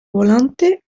volante